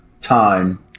time